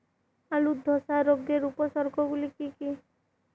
আলুর ধসা রোগের উপসর্গগুলি কি কি?